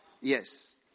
Yes